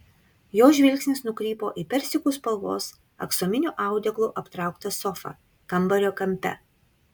jo žvilgsnis nukrypo į persikų spalvos aksominiu audeklu aptrauktą sofą kambario kampe